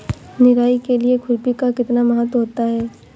निराई के लिए खुरपी का कितना महत्व होता है?